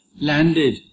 landed